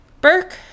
Burke